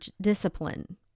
discipline